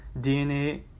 DNA